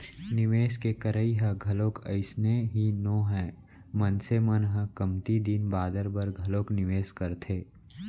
निवेस के करई ह घलोक अइसने ही नोहय मनसे मन ह कमती दिन बादर बर घलोक निवेस करथे